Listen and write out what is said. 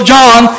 John